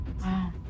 Wow